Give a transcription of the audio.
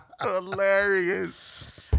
Hilarious